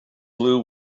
blew